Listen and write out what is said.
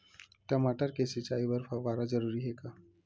टमाटर के सिंचाई बर फव्वारा जरूरी हे का?